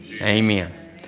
amen